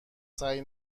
سعی